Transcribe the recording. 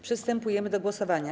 Przystępujemy do głosowania.